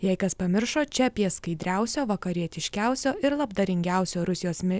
jei kas pamiršo čia apie skaidriausio vakarietiškiausio ir labdaringiausio rusijos